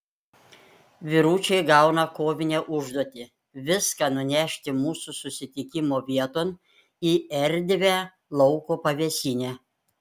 vyručiai gauna kovinę užduotį viską nunešti mūsų susitikimo vieton į erdvią lauko pavėsinę